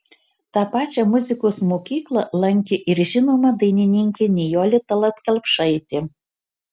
tą pačią muzikos mokyklą lankė ir žinoma dainininkė nijolė tallat kelpšaitė